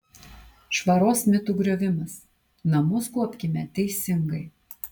švaros mitų griovimas namus kuopkime teisingai